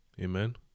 amen